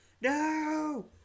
No